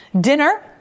Dinner